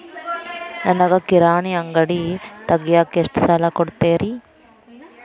ನನಗ ಕಿರಾಣಿ ಅಂಗಡಿ ತಗಿಯಾಕ್ ಎಷ್ಟ ಸಾಲ ಕೊಡ್ತೇರಿ?